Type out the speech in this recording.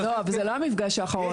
לא אבל זה לא המפגש האחרון,